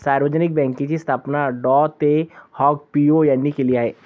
सार्वजनिक बँकेची स्थापना डॉ तेह हाँग पिओ यांनी केली आहे